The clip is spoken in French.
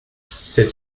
sais